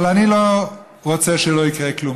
אני לא רוצה שלא יקרה כלום.